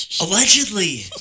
Allegedly